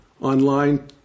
online